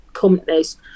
companies